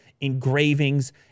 Engravings